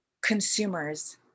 consumers